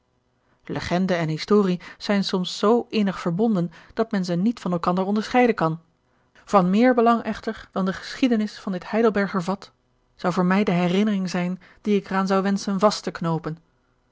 legende en historie zijn soms zoo innig verbonden dat men ze niet van elkander onderscheiden kan van meer belang echter dan de geschiedenis van dit heidelberger vat zou voor mij de herinnering zijn die ik er aan zou wenschen vast te knoopen